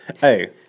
Hey